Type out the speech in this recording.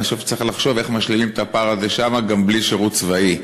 צריך לחשוב איך משלימים את הפער הזה שם גם בלי שירות צבאי.